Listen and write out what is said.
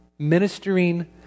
Ministering